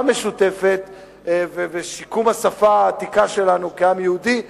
משותפת ושיקום השפה העתיקה שלנו כעם היהודי כאן,